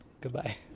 Goodbye